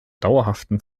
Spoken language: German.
dauerhaften